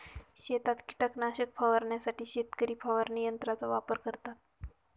शेतात कीटकनाशक फवारण्यासाठी शेतकरी फवारणी यंत्राचा वापर करतात